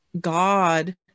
God